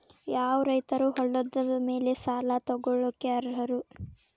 ಯಾವ ರೈತರು ಹೊಲದ ಮೇಲೆ ಸಾಲ ತಗೊಳ್ಳೋಕೆ ಅರ್ಹರು?